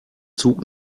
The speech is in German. zug